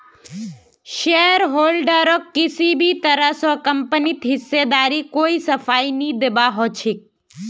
शेयरहोल्डरक किसी भी तरह स कम्पनीत हिस्सेदारीर कोई सफाई नी दीबा ह छेक